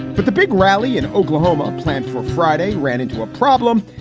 but the big rally in oklahoma planned for friday ran into a problem.